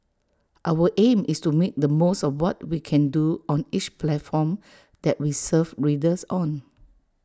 our aim is to make the most of what we can do on each platform that we serve readers on